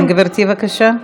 נא לסכם, גברתי, בבקשה.